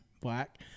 black